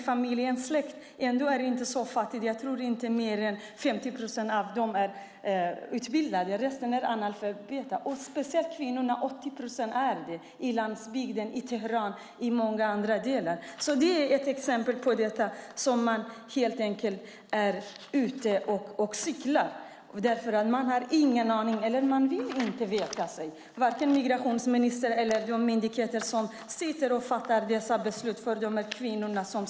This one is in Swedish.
I min egen släkt som inte är så fattig tror jag att inte mer än 50 procent är utbildade, resten är analfabeter. Det gäller speciellt kvinnorna på landsbygden där 80 procent är det, och det gäller också i Teheran och i många andra delar. Detta är exempel på där man helt enkelt är ute och cyklar. Man har ingen aning om hur det är, eller man vill inte veta. Det gäller både migrationsministern och de myndigheter som fattar beslut för dessa kvinnor.